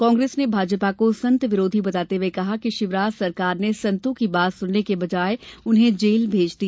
कांग्रेस ने भाजपा को संत विरोधी ँ बताते हुए कहा है कि शिवराज सरकार ने संतों की बात सुनने के बजाय उन्हें जेल भेज दिया